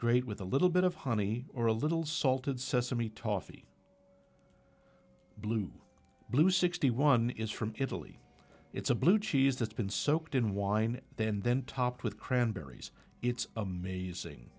great with a little bit of honey or a little salted sesame tof blue blue sixty one is from italy it's a blue cheese that's been soaked in wine then then topped with cranberries it's amazing